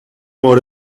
more